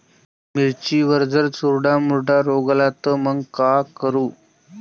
मिर्चीवर जर चुर्डा मुर्डा रोग आला त मंग का करू?